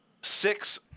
six